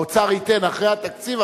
האוצר ייתן אחרי התקציב,